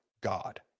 God